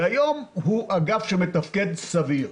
והיום הוא אגף שמתפקד סביר.